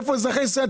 איפה אזרחי ישראל?